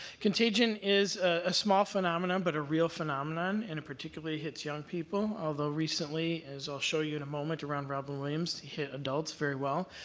contagion is a small phenomenon, but a real phenomenon, and it particularly hits young people, although recently, as i'll show you in a moment around robin williams, hit adults very well.